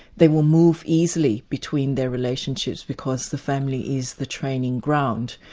they will move easily between their relationships, because the family is the training ground.